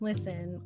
Listen